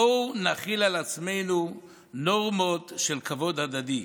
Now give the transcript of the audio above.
בואו נחיל על עצמנו נורמות של כבוד הדדי.